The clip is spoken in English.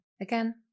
again